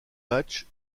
matches